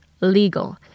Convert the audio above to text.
Legal